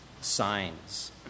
signs